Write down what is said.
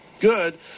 good